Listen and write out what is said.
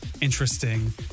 interesting